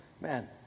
man